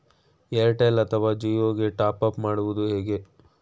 Airtel ಅಥವಾ ಜಿಯೊ ಗೆ top up ಮಾಡುವುದು ಹೇಗೆ?